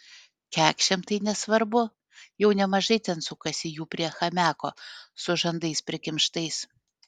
kekšėm tai nesvarbu jau nemažai ten sukasi jų prie chamiako su žandais prikimštais